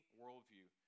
worldview